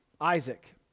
Isaac